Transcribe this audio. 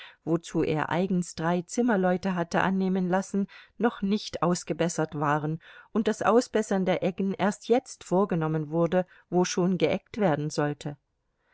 wozu er eigens drei zimmerleute hatte annehmen lassen noch nicht ausgebessert waren und das ausbessern der eggen erst jetzt vorgenommen wurde wo schon geeggt werden sollte